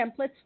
templates